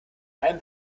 alm